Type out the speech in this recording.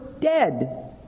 dead